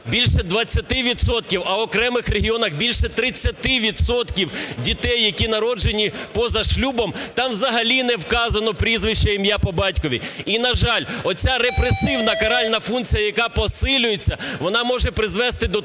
відсотків, а в окремих регіонах більше 30 відсотків дітей, які народжені поза шлюбом, там взагалі не вказано прізвище, ім'я, по батькові. І, на жаль, оця репресивна каральна функція, яка посилюється, вона може призвести до того,